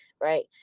right